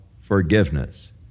forgiveness